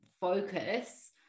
focus